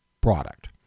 product